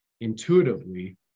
intuitively